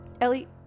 Ellie